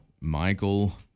Michael